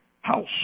house